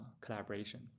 collaboration